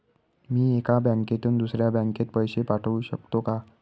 मी एका बँकेतून दुसऱ्या बँकेत पैसे पाठवू शकतो का?